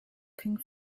king